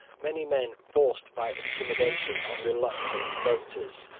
many men forced by intimidation on reluctant voters,